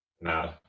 No